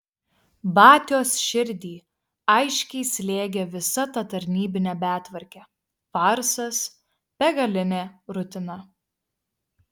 batios širdį aiškiai slėgė visa ta tarnybinė betvarkė farsas begalinė rutina